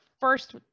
First